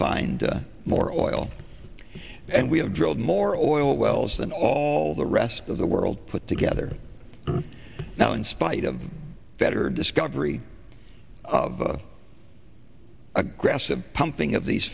find more oil and we have drilled more oil wells than all the rest of the world put together now in spite of better discovery of aggressive pumping of these